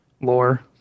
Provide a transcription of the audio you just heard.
lore